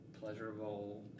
pleasurable